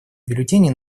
бюллетени